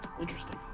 Interesting